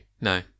No